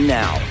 now